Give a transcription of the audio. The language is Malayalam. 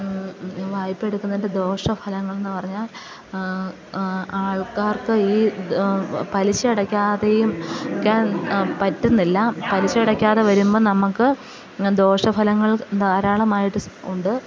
വായ്പ എടുക്കുന്നതിൻ്റെ ദോഷ ഫലങ്ങളെന്നു പറഞ്ഞാൽ ആൾക്കാർക്ക് ഈ പലിശ അടക്കാതെയും ക്കാൻ പറ്റുന്നില്ല പലിശ അടക്കാതെ വരുമ്പം നമുക്ക് ദോഷ ഫലങ്ങൾ ധാരാളമായിട്ട് ഉണ്ട്